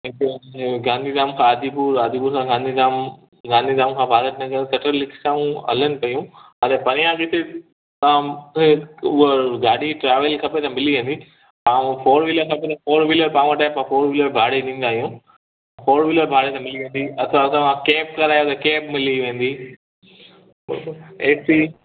गांधी धाम खां आदिपुर आदिपुर खां Gandhidham Gandhidham खां भारत नगर शटल रिक्शाऊं हलनि पयूं अने परियां जिते तां उहा गाॾी ट्रेवल खपे त मिली वेंदी ऐं फ़ोर व्हीलर खपे त फ़ोर व्हीलर पाण वटि आहे भाड़े ते ॾींदा आहियूं फ़ोर व्हीलर भाड़े ते मिली वेंदी असां सां कैब करायो त कैब मिली वेंदी ए सी